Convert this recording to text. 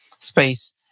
space